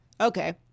Okay